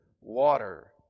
water